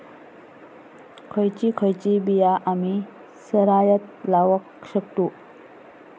खयची खयची बिया आम्ही सरायत लावक शकतु?